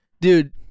Dude